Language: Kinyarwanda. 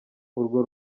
urwo